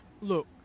look